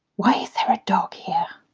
why is there a dog here?